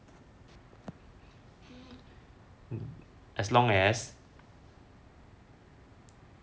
as long as